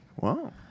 Wow